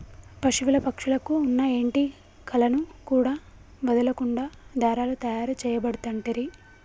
పశువుల పక్షుల కు వున్న ఏంటి కలను కూడా వదులకుండా దారాలు తాయారు చేయబడుతంటిరి